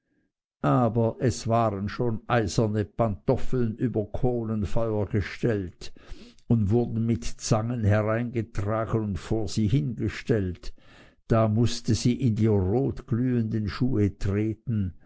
aber es waren schon eiserne pantoffeln über kohlenfeuer gestellt und wurden mit zangen hereingetragen und vor sie hingestellt da mußte sie in die rotglühenden schuhe treten